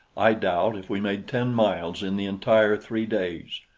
i doubt if we made ten miles in the entire three days.